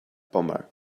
bomber